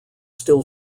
still